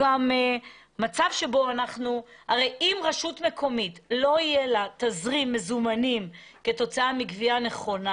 אם לרשות מקומית איתנה לא יהיה תזרים מזומנים כתוצאה מאי גבייה נכונה,